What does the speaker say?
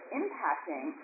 impacting